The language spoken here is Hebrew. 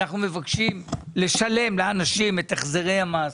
אנחנו מבקשים לשלם לאנשים את החזרי המס.